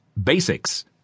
Basics